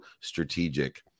strategic